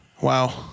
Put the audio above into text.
Wow